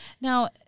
Now